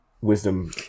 wisdom